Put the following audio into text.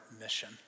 mission